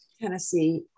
Tennessee